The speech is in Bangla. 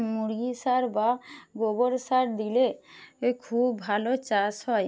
মুরগি সার বা গোবর সার দিলে খুব ভালো চাষ হয়